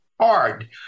hard